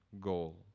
goal